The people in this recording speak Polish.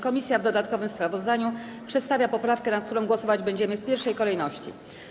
Komisja w dodatkowym sprawozdaniu przedstawia poprawkę, nad którą głosować będziemy w pierwszej kolejności.